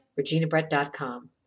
reginabrett.com